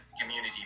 community